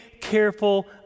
careful